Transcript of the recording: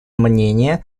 мнения